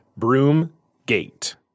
Broomgate